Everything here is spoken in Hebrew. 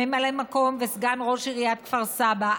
ממלא מקום וסגן ראש עיריית כפר סבא,